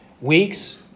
Weeks